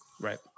Right